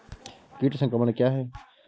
कीट संक्रमण क्या है?